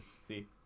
see